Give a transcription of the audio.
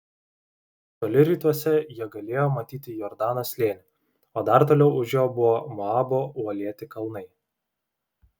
toli rytuose jie galėjo matyti jordano slėnį o dar toliau už jo buvo moabo uolėti kalnai